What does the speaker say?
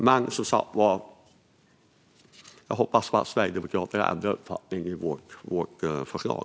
Jag hoppas som sagt att Sverigedemokraterna ändrar uppfattning om vårt förslag.